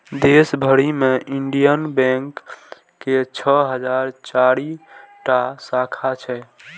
देश भरि मे इंडियन बैंक के छह हजार चारि टा शाखा छै